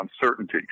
uncertainty